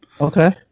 Okay